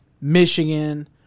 Michigan